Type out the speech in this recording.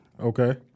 okay